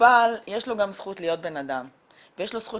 למטופל יש גם זכות להיות בנאדם ויש לו זכות